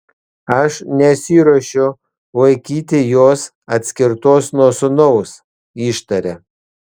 aš nesiruošiu laikyti jos atskirtos nuo sūnaus ištaria